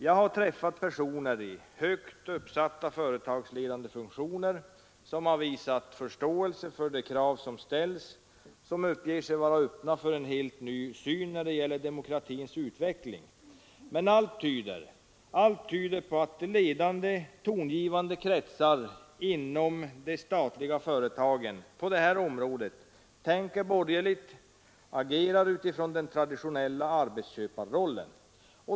Jag har också träffat personer i högt uppsatta företagsledande funktioner som har visat förståelse för de krav som ställs, som uppger sig vara öppna för en helt ny syn när det gäller demokratins utveckling. Men allt tyder på att ledande och tongivande krafter inom de statliga företagen tänker borgerligt på det här området, agerar utifrån den traditionella arbetsköparrollen.